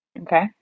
Okay